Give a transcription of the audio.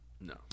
No